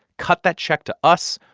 cut that check to us.